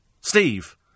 Steve